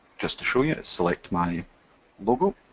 just to show you, select my logo.